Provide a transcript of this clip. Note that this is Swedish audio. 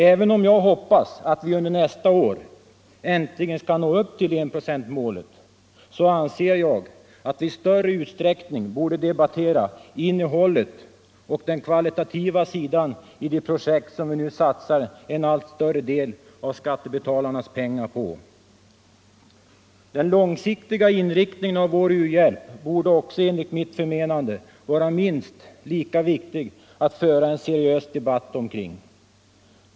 Även om jag hoppas att vi under nästa år äntligen skall nå upp till enprocentsmålet, anser jag att vi i större utsträckning borde debattera innehållet i och kvaliteten hos de projekt som vi nu satsar en allt större del av skattebetalarnas pengar på. Det borde också enligt mitt förmenande vara minst lika viktigt att föra en seriös debatt om den långsiktiga inriktningen av vår u-hjälp.